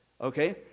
okay